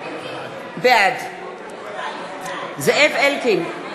בעד זאב אלקין,